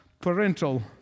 parental